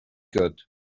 good